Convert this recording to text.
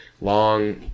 Long